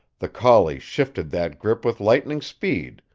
the collie shifted that grip with lightning speed,